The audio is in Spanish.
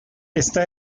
está